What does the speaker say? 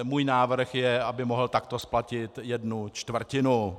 Můj návrh je, aby mohl takto splatit jednu čtvrtinu.